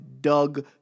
Doug